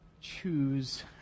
Choose